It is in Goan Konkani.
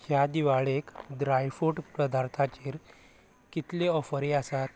ह्या दिवाळेक ड्रायफ्रूट पदार्थांचेर कितल्यो ऑफरी आसात